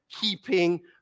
keeping